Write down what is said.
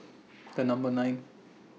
The Number nine